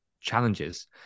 challenges